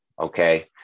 Okay